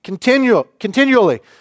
continually